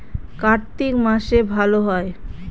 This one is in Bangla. কার্তিক মাসে ভালো হয়?